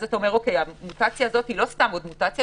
אתה מבין שזאת לא סתם עוד מוטציה,